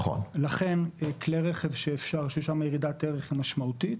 לכן כלי רכב שאפשר, שם ירידת הערך היא משמעותית,